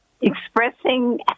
expressing